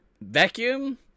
vacuum